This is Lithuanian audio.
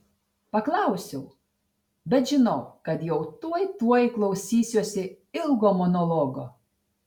paklausiau bet žinau kad jau tuoj tuoj klausysiuosi ilgo monologo